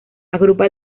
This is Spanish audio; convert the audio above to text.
agrupa